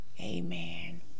Amen